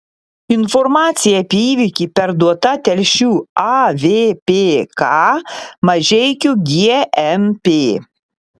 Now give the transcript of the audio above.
informacija apie įvykį perduota telšių avpk mažeikių gmp